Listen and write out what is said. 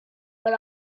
but